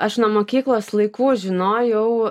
aš nuo mokyklos laikų žinojau